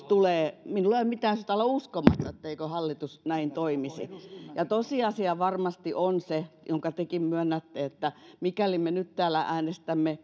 tulee minulla ei ole mitään syytä olla uskomatta etteikö hallitus näin toimisi ja tosiasia varmasti on se jonka tekin myönnätte että mikäli me nyt täällä äänestämme